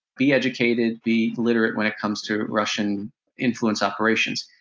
be educated, be literate when it comes to russian influence operations.